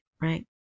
right